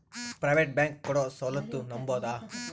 Private bank ಕೊಡೊ ಸೌಲತ್ತು ನಂಬಬೋದ?